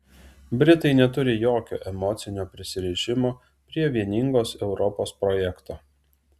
britai neturi jokio emocinio prisirišimo prie vieningos europos projekto